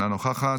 אינה נוכחת.